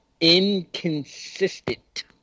inconsistent